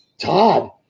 Todd